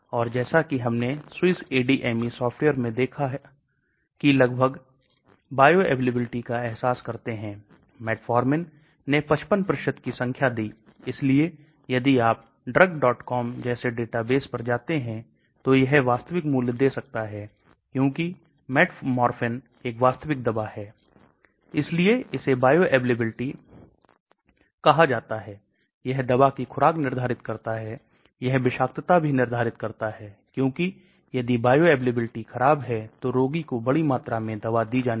कोशिका आधारित कार्यशैली पर तो इसलिए यदि मैं किसी कोशिका आधारित assay कर रहा हूं तो यदि पारगम्यता शुद्ध एंजाइम आधारित अध्ययन दवा की अच्छी गतिविधियां दिखा सकते हैं लेकिन कोशिका आधारित प्रणाली का उपयोग कर रहा हूं जो लगभग in vivo जैसा है और यह खराब गतिविधि दिखा सकता है क्योंकि cell membrane मैं दवा का प्रसार बहुत खराब होता है